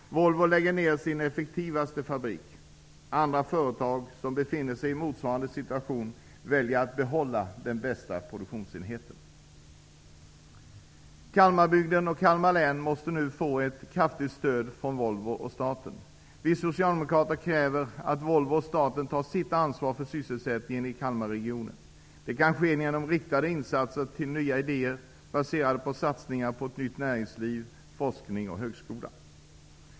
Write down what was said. Volvo lägger ned sin effektivaste fabrik. Andra företag som befinner sig i motsvarande situation väljer att behålla den bästa produktionsenheten. Kalmarbygden och Kalmar län måste nu få ett kraftigt stöd från Volvo och staten. Vi socialdemokrater kräver att Volvo och staten tar sitt ansvar för sysselsättningen i Kalmarregionen. Det kan ske genom riktade insatser till nya idéer baserade på satsningar på nytt näringsliv, forskning och högskola.